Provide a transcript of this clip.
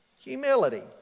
humility